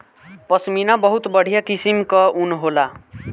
पश्मीना बहुत बढ़िया किसिम कअ ऊन होला